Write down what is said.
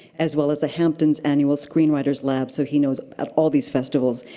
as well as the hamptons annual screenwriters lab, so he knows all these festivals.